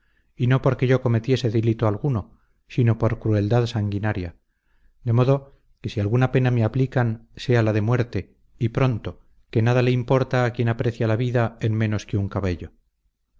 y no porque yo cometiese delito alguno sino por crueldad sanguinaria de modo que si alguna pena me aplican sea la de muerte y pronto que nada le importa a quien aprecia la vida en menos que un cabello